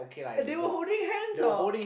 they were holding hands or